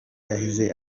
yahize